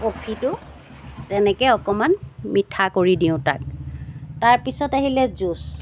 কফিটো তেনেকৈ অকণমান মিঠা কৰি দিওঁ তাক তাৰপিছত আহিলে জুইচ